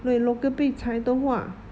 所以 local 被裁的话